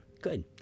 Good